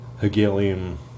Hegelian